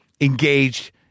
engaged